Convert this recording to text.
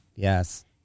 Yes